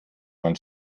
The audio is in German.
man